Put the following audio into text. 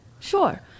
Sure